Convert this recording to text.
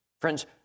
Friends